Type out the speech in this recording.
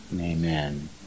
amen